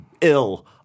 ill